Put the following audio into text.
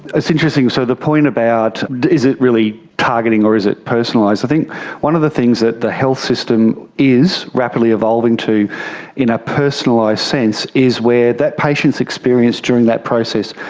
it's interesting, so the point about is it really targeting or is it personalised, i think one of the things that the health system is rapidly evolving to in a personalised sense is that patient's experience during that process.